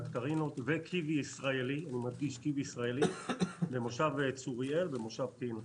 נקטרינות וקיווי ישראלי במושב צוריאל ובמושב פקיעין החדשה.